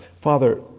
Father